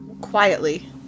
Quietly